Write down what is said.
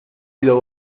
sido